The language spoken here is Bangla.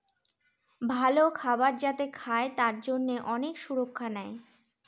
ভালো খাবার যাতে খায় তার জন্যে অনেক সুরক্ষা নেয়